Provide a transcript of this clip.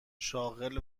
شاغل